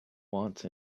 want